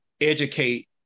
educate